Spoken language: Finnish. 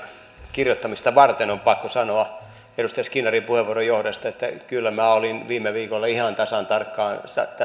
kirjoittamista varten on pakko sanoa edustaja skinnarin puheenvuoron johdosta että kyllä minä olin viime viikolla ihan tasan tarkkaan